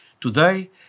Today